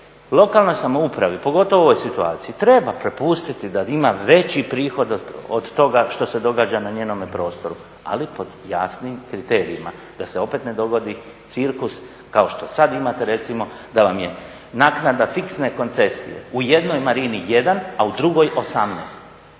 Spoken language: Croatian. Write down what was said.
Lokalnoj samoupravi, pogotovo u ovoj situaciji treba prepustiti da ima veći prihod od toga što se događa na njenome prostoru, ali pod jasnim kriterijima. Da se opet ne dogodi cirkus kao što sada imate recimo da vam je naknada fiksne koncesije u jednoj marini 1, a u drugoj 18.